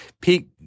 peak